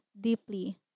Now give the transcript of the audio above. deeply